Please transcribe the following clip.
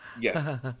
Yes